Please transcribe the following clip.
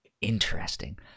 Interesting